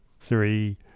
three